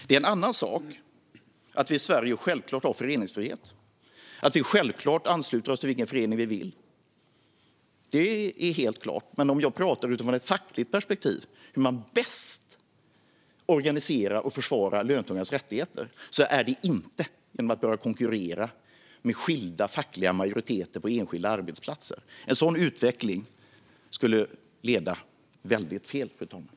Det är en annan sak att vi i Sverige självklart har föreningsfrihet och att vi självklart ansluter oss till vilken förening vi vill. Det är helt klart. Men jag talar utifrån ett fackligt perspektiv om hur man bäst organiserar och försvarar löntagarnas rättigheter. Det är inte genom att börja konkurrera med skilda fackliga majoriteter på enskilda arbetsplatser. En sådan utveckling skulle leda väldigt fel, fru talman.